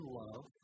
love